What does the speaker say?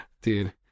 Dude